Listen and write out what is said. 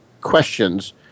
questions